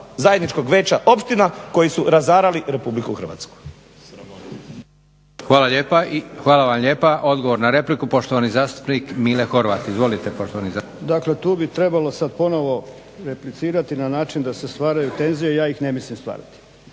zajedničkog Veća opština koji su razarali RH. **Leko,